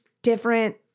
different